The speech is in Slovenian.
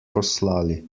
poslali